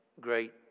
great